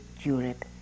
Europe